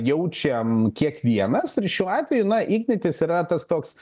jaučiam kiekvienas ir šiuo atveju na ignitis yra tas toks